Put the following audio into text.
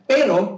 Pero